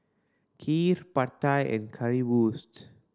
Kheer Pad Thai and Currywurst